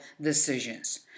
decisions